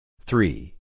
Three